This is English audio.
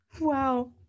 Wow